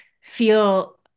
feel